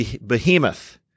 behemoth